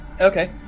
Okay